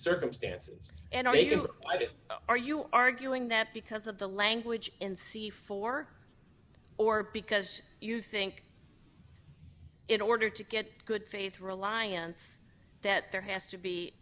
circumstances and a good idea are you arguing that because of the language in c four or because you think it order to get good faith reliance that there has to be